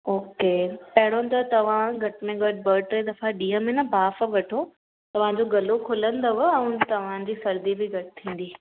okay पहिरों त तव्हां घटि में घटि ॿ टे दफ़ा ॾींहं में न बाफ़ वठो तव्हांजो गलो खुलंदव ऐं तव्हांजी सर्दी बि घटि थींदी